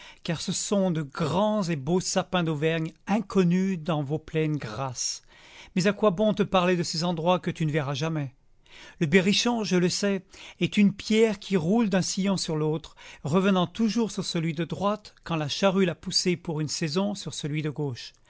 car ce sont de grands et beaux sapins d'auvergne inconnus dans vos plaines grasses mais à quoi bon te parler de ces endroits que tu ne verras jamais le berrichon je le sais est une pierre qui roule d'un sillon sur l'autre revenant toujours sur celui de droite quand la charrue l'a poussé pour une saison sur celui de gauche